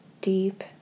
deep